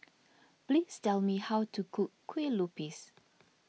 please tell me how to cook Kueh Lupis